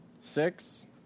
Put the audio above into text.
Six